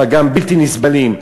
וגם בלתי נסבלים.